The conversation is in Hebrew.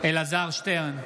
אלעזר שטרן,